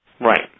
Right